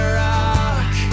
rock